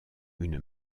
une